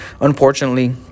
unfortunately